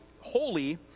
holy